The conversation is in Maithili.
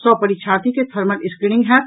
सभ परीक्षार्थी के थर्मल स्क्रीनिंग होयत